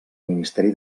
ministeri